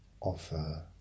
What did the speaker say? offer